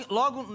logo